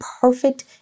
perfect